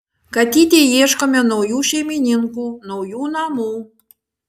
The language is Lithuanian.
katytei ieškome naujų šeimininkų naujų namų